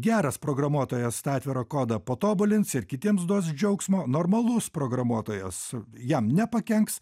geras programuotojas tą atvirą kodą patobulins ir kitiems duos džiaugsmo normalus programuotojas jam nepakenks